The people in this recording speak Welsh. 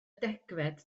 degfed